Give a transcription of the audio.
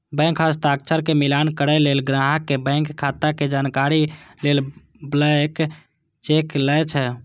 bank हस्ताक्षर के मिलान करै लेल, ग्राहक के बैंक खाता के जानकारी लेल ब्लैंक चेक लए छै